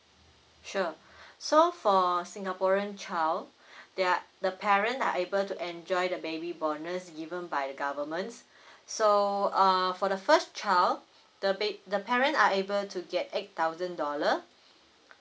sure so for singaporean child they're the parent are able to enjoy the baby bonus given by the government so err for the first child the ba~ the parent are able to get eight thousand dollars